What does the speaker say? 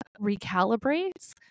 recalibrates